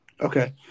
Okay